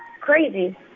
crazy